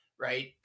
right